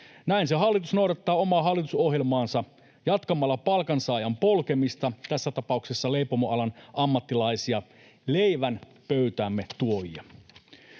Näin se hallitus noudattaa omaa hallitusohjelmaansa jatkamalla palkansaajan polkemista, tässä tapauksessa leipomoalan ammattilaisten, leivän pöytäämme tuojien.